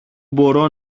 μπορώ